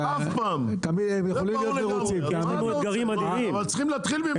הם יכולים להיות מרוצים --- אבל צריכים להתחיל ממשהו.